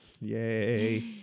Yay